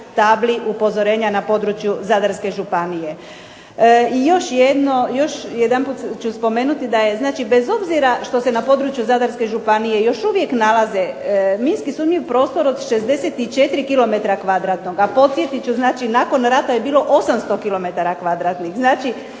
tabli upozorenja na području Zadarske županije. I još jedno, još jedanput ću spomenuti da je znači bez obzira što se na području Zadarske županije još uvijek nalaze minski sumnjiv prostor od 64 kilometra kvadratnog, a podsjetit ću znači nakon rata je bilo 800